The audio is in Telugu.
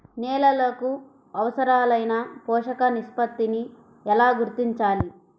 నేలలకు అవసరాలైన పోషక నిష్పత్తిని ఎలా గుర్తించాలి?